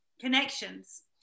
connections